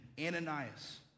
Ananias